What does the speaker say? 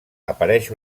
apareix